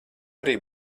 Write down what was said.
arī